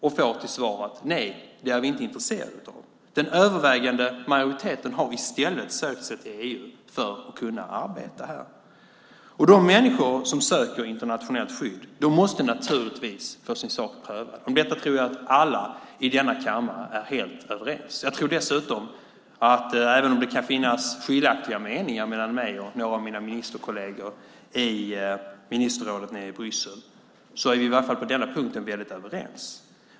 De får till svar att man inte är intresserad av detta. Den övervägande majoriteten har i stället sökt sig till EU för att kunna arbeta här. De människor som söker internationellt skydd måste naturligtvis få sin sak prövad. Det tror jag att alla i denna kammare är helt överens om. Jag tror dessutom att även om det kan finnas skiljaktiga meningar mellan mig och några av mina ministerkolleger i ministerrådet i Bryssel är vi i alla fall på denna punkt väldigt överens.